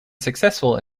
successful